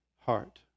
heart